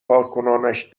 کارکنانش